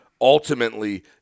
ultimately